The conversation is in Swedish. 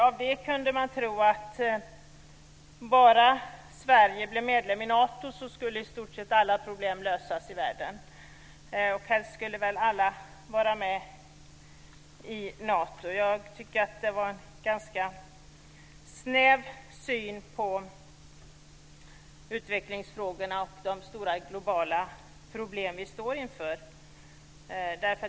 Av det kunde man tro att bara Sverige blev medlem i Nato skulle i stort sett alla problem i världen lösas och att väl helst alla skulle vara med i Nato. Jag tycker att det var en ganska snäv syn på utvecklingsfrågorna och de stora globala problem som vi står inför.